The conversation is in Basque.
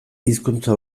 hizkuntza